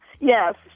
Yes